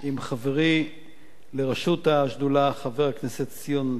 עם חברי לראשות השדולה, חבר הכנסת ציון פיניאן,